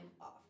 off